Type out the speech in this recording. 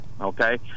okay